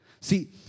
See